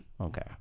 Okay